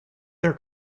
their